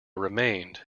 remained